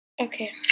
Okay